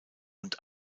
und